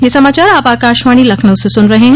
ब्रे क यह समाचार आप आकाशवाणी लखनऊ से सुन रहे हैं